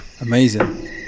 Amazing